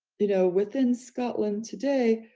you know, within scotland today,